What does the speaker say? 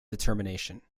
determination